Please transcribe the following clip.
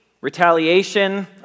retaliation